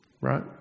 right